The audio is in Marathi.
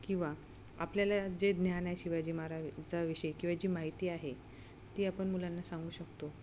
किंवा आपल्याला जे ज्ञान आहे शिवाजी महाराजाविषयी किंवा जी माहिती आहे ती आपण मुलांना सांगू शकतो